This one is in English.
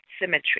symmetry